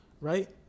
right